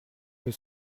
peut